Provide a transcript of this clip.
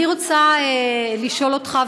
אני רוצה לשאול אותך,